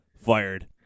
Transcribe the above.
fired